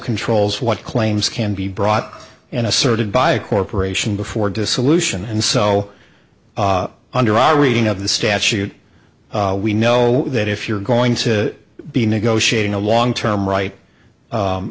controls what claims can be brought in asserted by a corporation before dissolution and so under our reading of the statute we know that if you're going to be negotiating a long term right